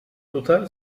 total